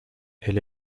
elle